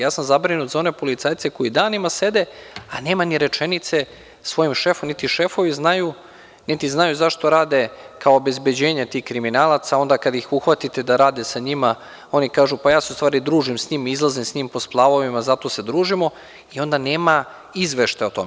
Ja sam zabrinut za one policajce koji danima sede a nema ni rečenice svom šefu, niti šefovi znaju, niti znaju zašto rade kao obezbeđenje tih kriminalaca, onda kada ih uhvatite da rade sa njima, oni kažu – pa ja se u stvari družim s njim, izlazim s njim po splavovima, zato se družimo i onda nema izveštaja o tome.